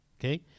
okay